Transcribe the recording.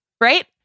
right